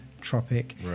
tropic